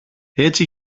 έτσι